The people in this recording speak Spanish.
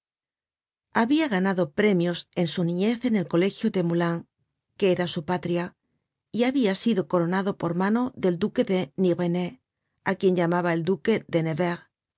habia ganado premios en su niñez en el colegio de moulins que era su patria y habia sido coronado por mano del duque de nivernais á quien llamaba el duque de nevers